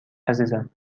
عزیزم